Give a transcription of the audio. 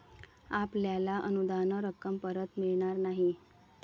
आपल्याला अनुदान रक्कम परत मिळणार नाही